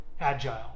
agile